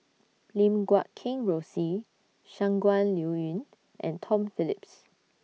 Lim Guat Kheng Rosie Shangguan Liuyun and Tom Phillips